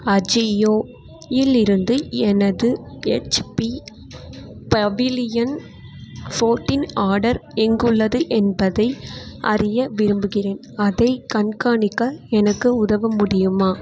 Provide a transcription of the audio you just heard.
அஜியோ இல் இருந்து எனது ஹெச்பி பவிலியன் ஃபோர்டின் ஆர்டர் எங்குள்ளது என்பதை அறிய விரும்புகிறேன் அதைக் கண்காணிக்க எனக்கு உதவ முடியுமா